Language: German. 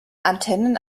antennen